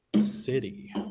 City